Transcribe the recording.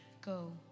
go